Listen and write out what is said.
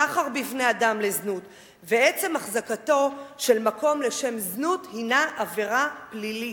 סחר בבני-אדם לזנות ועצם החזקתו של מקום לשם זנות הם עבירה פלילית.